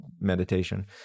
meditation